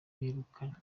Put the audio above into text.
birukanywe